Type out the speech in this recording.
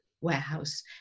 Warehouse